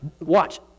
watch